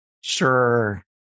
sure